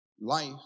life